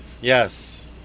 yes